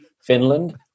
Finland